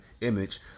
image